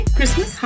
Christmas